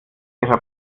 ihrer